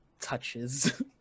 Touches